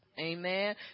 Amen